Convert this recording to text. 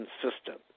consistent